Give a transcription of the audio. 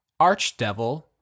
archdevil